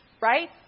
Right